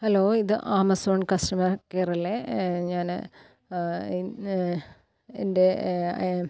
hello ഇത് Amazon customer care അല്ലേ ഞാൻ ഇന്ന് എൻ്റെ